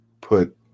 put